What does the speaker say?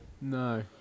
No